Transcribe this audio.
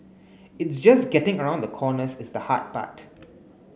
it's just getting around the corners is the hard part